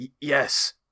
Yes